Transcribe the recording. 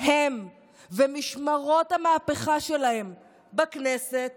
הם ומשמרות המהפכה שלהם בכנסת